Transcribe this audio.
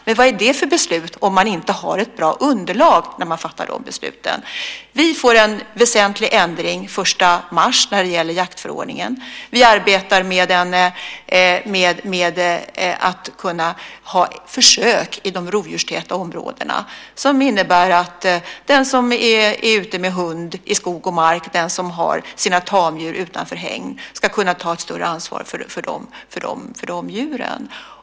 Men vad är det för beslut om man inte har ett bra underlag när man fattar det? Vi får en väsentlig ändring den 1 mars när det gäller jaktförordningen. Vi arbetar med att kunna ha försök i de rovdjurstäta områdena som innebär att den som är ute med hund i skog och mark och den som har sina tamdjur utanför hägn ska kunna ta ett större ansvar för dessa djur.